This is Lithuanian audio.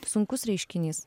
sunkus reiškinys